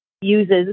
uses